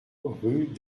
rue